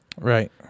Right